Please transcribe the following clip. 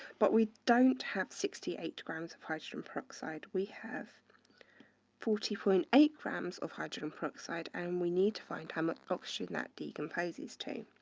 but we don't have sixty eight grams of hydrogen peroxide. we have forty point and eight grams of hydrogen peroxide and we need to find how much oxygen that decomposes to.